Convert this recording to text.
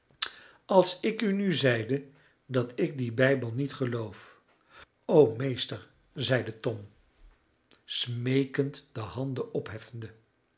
als ik u nu zeide dat ik dien bijbel niet geloof o meester zeide tom smeekend de handen opheffende